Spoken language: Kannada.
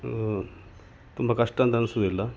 ತುಂಬ ಕಷ್ಟ ಅಂತ ಅನ್ಸೋದಿಲ್ಲ